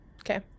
Okay